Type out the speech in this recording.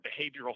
behavioral